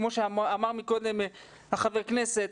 כמו שאמר מקודם חבר הכנסת.